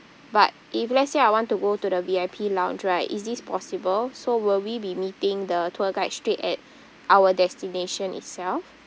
but if let's say I want to go to the V_I_P lounge right is this possible so will we be meeting the tour guide straight at our destination itself